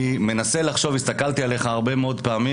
מנסה לחשוב - הסתכלתי עליך הרבה מאוד פעמים